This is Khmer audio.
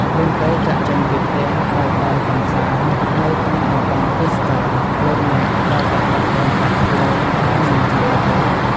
មុនពេលចាកចេញពីផ្ទះទៅដើរកម្សាន្តនៅតាមតំបន់ទេសចរណ៍ លោកអ្នកត្រូវតែបិទកុងតាក់ភ្លើងដែលមិនចាំបាច់ឱ្យអស់។